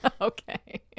Okay